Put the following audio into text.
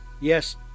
yes